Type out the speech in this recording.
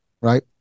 right